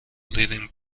leading